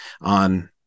on